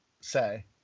say